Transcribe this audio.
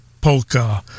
Polka